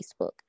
Facebook